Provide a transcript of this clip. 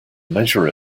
measure